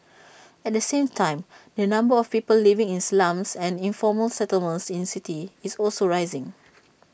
at the same time the number of people living in slums and informal settlements in cities is also rising